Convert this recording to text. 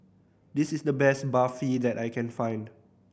this is the best Barfi that I can find